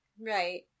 Right